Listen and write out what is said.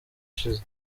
ushize